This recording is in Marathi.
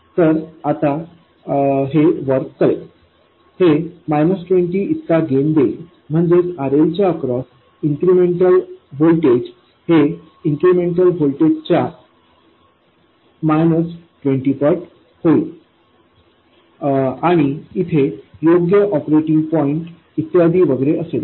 तर आता हे वर्क करेल हे 20 इतका गेन देईल म्हणजेच RLच्या अक्रॉस इन्क्रिमेन्टल व्होल्टेज हे इन्क्रिमेन्टल व्होल्टेज VSच्या 20 पट होईल आणि इथे योग्य ऑपरेटिंग पॉईंट इत्यादी वगैरे असेल